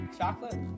chocolate